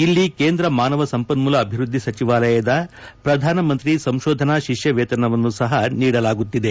ಇಲ್ಲಿ ಕೇಂದ್ರ ಮಾನವ ಸಂಪನ್ಮೂಲ ಅಭಿವೃದ್ಧಿ ಸಚಿವಾಲಯದ ಪ್ರಧಾನಮಂತ್ರಿ ಸಂಶೋಧನಾ ಶಿಷ್ಯ ವೇತವನ್ನು ಸಹ ನೀಡಲಾಗುತ್ತಿದೆ